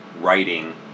writing